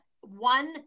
One